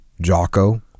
Jocko